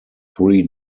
three